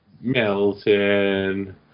Melton